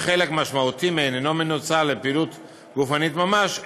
שחלק משמעותי מהן אינו מנוצל לפעילות גופנית ממש,